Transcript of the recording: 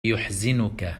يحزنك